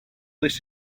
this